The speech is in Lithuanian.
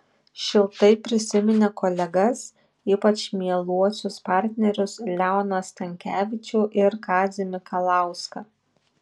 šiltai prisiminė kolegas ypač mieluosius partnerius leoną stankevičių ir kazį mikalauską